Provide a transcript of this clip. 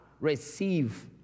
receive